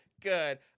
Good